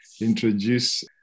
introduce